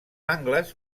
angles